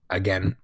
again